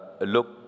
look